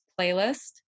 playlist